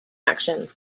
action